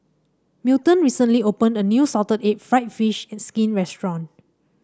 Milton recently opened a new Salted Egg fried fish and skin restaurant